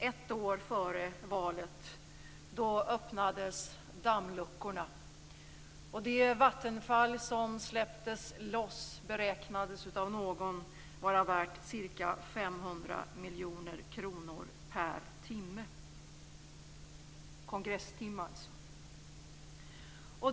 Ett år före valet öppnades plötsligt dammluckorna. Det vattenfall som släpptes loss beräknades av någon vara värt ca 500 miljoner kronor per kongresstimme.